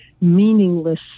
meaningless